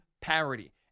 parity